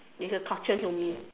it's a torture to me